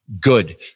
Good